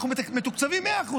אנחנו מתוקצבים 100%,